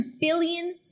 billion